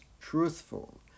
truthful